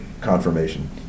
confirmation